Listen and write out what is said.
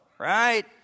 Right